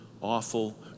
awful